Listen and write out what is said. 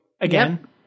again